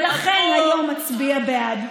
ולכן היום אצביע בעד.